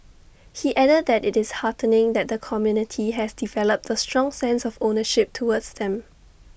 he added that IT is heartening that the community has developed A strong sense of ownership towards them